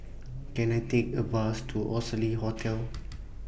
Can I Take A Bus to Oxley Hotel